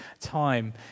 time